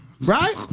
Right